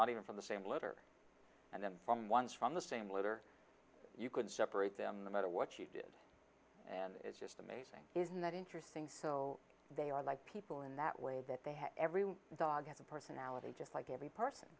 not even from the same litter and then from ones from the same litter you could separate them the matter what you did is just amazing isn't that interesting so they are like people in that way that they have every dog has a personality just like every person